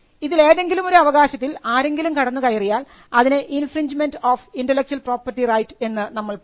ഇതിൽ ഏതെങ്കിലുമൊരു അവകാശത്തിൽ ആരെങ്കിലും കടന്നു കയറിയാൽ അതിനെ infringement of intellectual property right എന്ന് നമ്മൾ പറയും